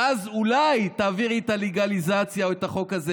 ואז אולי תעבירי את הלגליזציה או את החוק הזה,